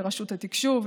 לרשות התקשוב,